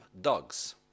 dogs